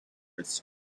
its